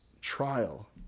trial